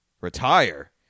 Retire